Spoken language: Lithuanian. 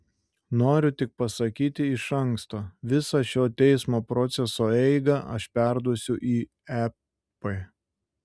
noriu tik pasakyti iš anksto visą šio teismo proceso eigą aš perduosiu į ep